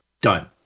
Done